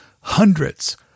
hundreds